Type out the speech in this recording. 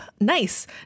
nice